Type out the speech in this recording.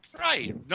right